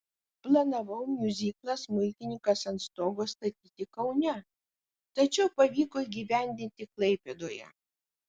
planavau miuziklą smuikininkas ant stogo statyti kaune tačiau pavyko įgyvendinti klaipėdoje